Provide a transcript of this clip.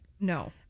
No